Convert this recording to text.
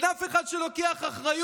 אין אף אחד שלוקח אחריות.